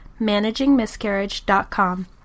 ManagingMiscarriage.com